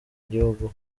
gihugu